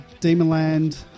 Demonland